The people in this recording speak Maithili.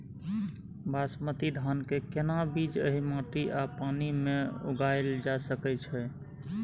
बासमती धान के केना बीज एहि माटी आ पानी मे उगायल जा सकै छै?